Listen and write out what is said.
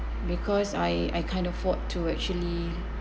because I I can't afford to actually